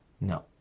No